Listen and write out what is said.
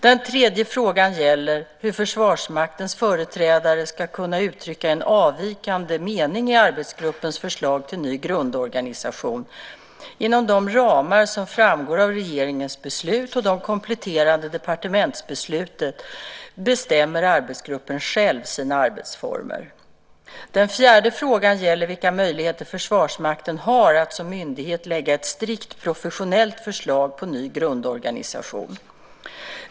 Den tredje frågan gäller hur Försvarsmaktens företrädare ska kunna uttrycka en avvikande mening i arbetsgruppens förslag till ny grundorganisation. Inom de ramar som framgår av regeringens beslut och de kompletterande departementsbesluten bestämmer arbetsgruppen själv sina arbetsformer. Den fjärde frågan gäller vilka möjligheter Försvarsmakten har att som myndighet lägga fram ett strikt professionellt förslag på ny grundorganisation.